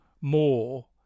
more